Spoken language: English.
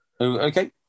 Okay